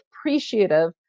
appreciative